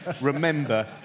remember